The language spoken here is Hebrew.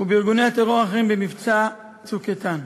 ובארגוני הטרור האחרים במבצע "צוק איתן".